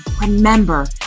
remember